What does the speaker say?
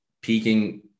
peaking